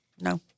No